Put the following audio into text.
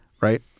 right